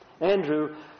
Andrew